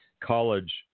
college